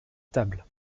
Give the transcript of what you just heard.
table